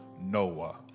Noah